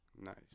Nice